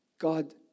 God